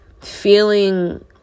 feeling